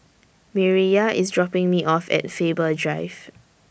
Mireya IS dropping Me off At Faber Drive